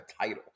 title